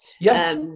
Yes